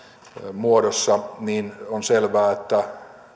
muodossa niin on selvää että